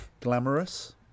Glamorous